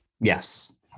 Yes